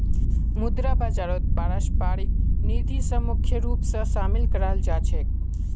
मुद्रा बाजारत पारस्परिक निधि स मुख्य रूप स शामिल कराल जा छेक